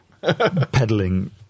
pedaling